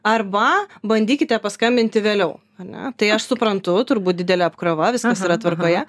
arba bandykite paskambinti vėliau ar ne tai aš suprantu turbūt didelė apkrova viskas yra tvarkoje